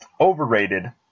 overrated